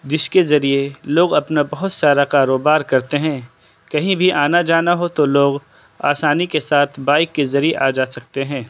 جس کے ذریعے لوگ اپنا بہت سارا کاروبار کرتے ہیں کہیں بھی آنا جانا ہو تو لوگ آسانی کے ساتھ بائک کے ذریعے آ جا سکتے ہیں